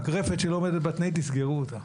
רפת שלא עומדת בתנאי תסגרו אותה.